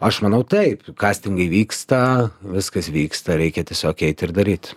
aš manau taip kastingai vyksta viskas vyksta reikia tiesiog eit ir daryt